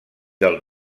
del